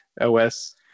OS